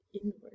inward